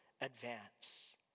advance